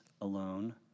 alone